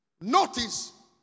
Notice